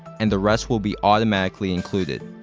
and the rest will be automatically included.